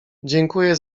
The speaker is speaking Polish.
dziękuję